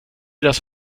das